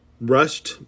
rushed